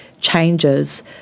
changes